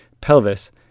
pelvis